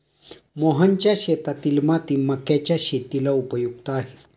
मोहनच्या शेतातील माती मक्याच्या शेतीला उपयुक्त आहे